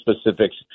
specifics